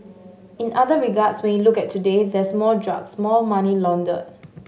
in other regards when you look at today there's more drugs more money laundered